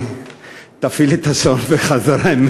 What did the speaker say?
תפעיל את השעון בחזרה.